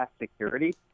security